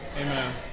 Amen